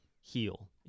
heal